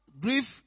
grief